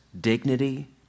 dignity